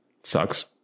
sucks